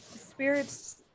spirits